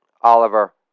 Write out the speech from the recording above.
Oliver